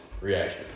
reaction